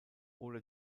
oder